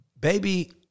Baby